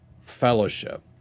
fellowship